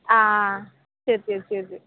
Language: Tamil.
ஆ சரி சரி சரி சரி